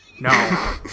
No